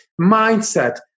Mindset